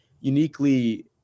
uniquely